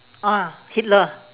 ah hitler